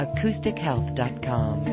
AcousticHealth.com